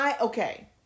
okay